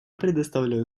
предоставляю